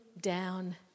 down